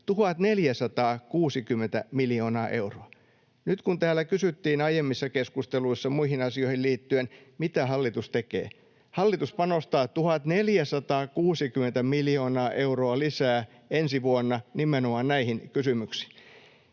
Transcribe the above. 1 460 miljoonaa euroa. Nyt kun täällä kysyttiin aiemmissa keskusteluissa muihin asioihin liittyen, mitä hallitus tekee, niin hallitus panostaa 1 460 miljoonaa euroa lisää ensi vuonna nimenomaan näihin kysymyksiin.